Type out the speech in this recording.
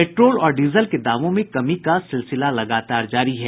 petrol और diesel के दामों के कमी का सिलसिला लगातार जारी है